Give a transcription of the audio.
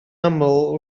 aml